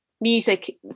music